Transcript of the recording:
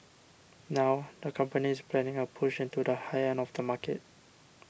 now the company is planning a push into the high end of the market